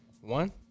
One